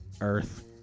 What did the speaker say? Earth